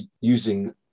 using